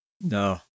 No